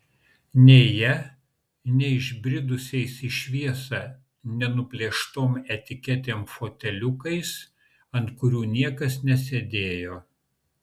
nei ja nei išbridusiais į šviesą nenuplėštom etiketėm foteliukais ant kurių niekas nesėdėjo